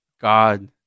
God